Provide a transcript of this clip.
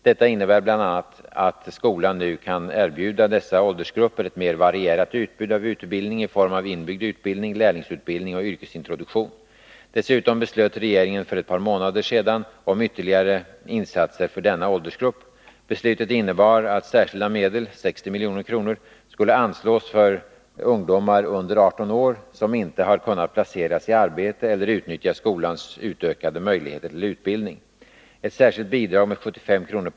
Detta innebär bl.a. att skolan nu kan erbjuda dessa åldersgrupper ett mer varierat utbud av utbildning i form av inbyggd utbildning, lärlingsutbildning och yrkesintroduktion. Dessutom beslöt regeringen för ett par månader sedan om ytterligare insatser för denna åldersgrupp. Beslutet innebar att särskilda medel — 60 milj.kr. — skulle anslås för ungdomar under 18 år som inte har kunnat placeras i arbete eller utnyttja skolans utökade möjligheter till utbildning. Ett särskilt bidrag med 75 kr.